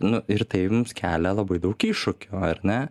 nu ir tai mums kelia labai daug iššūkių ar ne